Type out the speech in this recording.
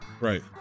Right